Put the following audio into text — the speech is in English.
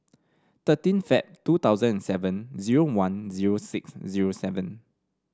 thirteen Feb two thousand and seven zero one zero six zero seven